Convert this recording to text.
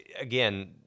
again